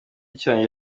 cyanjye